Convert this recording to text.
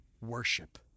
worship